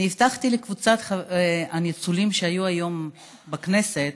הבטחתי לקבוצת הניצולים שהיו היום בכנסת,